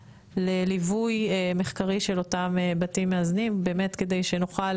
לליווי מחקרי של אותם בתים מאזנים באמת כדי שנוכל